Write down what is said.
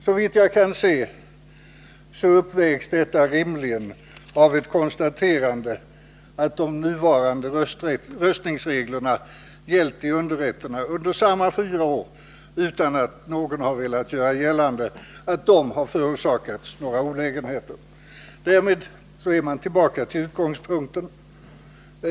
Såvitt jag kan se uppvägs detta rimligen av ett konstaterande att de nuvarande röstningsreglerna gällt i underrätterna under samma fyra år utan att någon har velat göra gällande att de har förorsakat några olägenheter. Därmed är man tillbaka vid utgångspunkten.